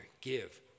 give